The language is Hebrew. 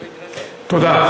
תודה.